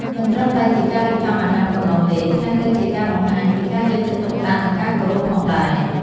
មិនត្រឹមតែជាការរៀបចំអាហារប៉ុណ្ណោះទេ ថែមទាំងជាការបង្ហាញពីការយកចិត្តទុកដាក់ និងការគោរពផងដែរ។